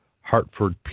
Hartford